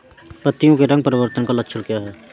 पत्तियों के रंग परिवर्तन का लक्षण क्या है?